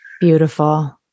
Beautiful